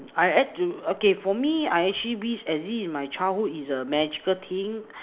I had to okay for me I actually wish exist in my childhood is a magical thing